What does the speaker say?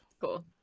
Cool